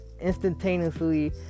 instantaneously